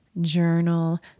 journal